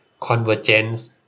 convergence